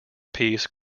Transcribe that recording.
peace